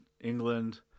England